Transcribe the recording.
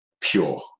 pure